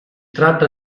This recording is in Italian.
tratta